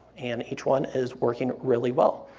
and each one is working really well,